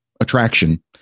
attraction